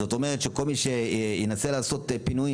זאת אומרת שכל מי שינסה לעשות פינויים